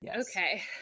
Okay